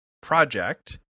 project